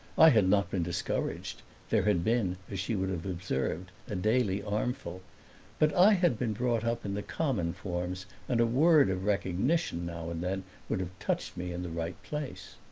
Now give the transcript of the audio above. i had not been discouraged there had been, as she would have observed, a daily armful but i had been brought up in the common forms and a word of recognition now and then would have touched me in the right place.